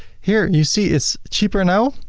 here, you see it's cheaper now.